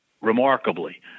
remarkably